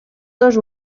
dos